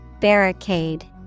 Barricade